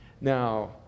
Now